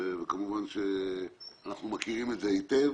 וכמובן שאנחנו מכירים את זה היטב.